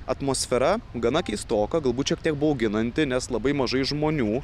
atmosfera gana keistoka galbūt šiek tiek bauginanti nes labai mažai žmonių